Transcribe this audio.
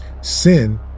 Sin